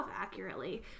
accurately